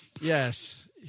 yes